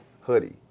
hoodie